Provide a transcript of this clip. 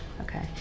okay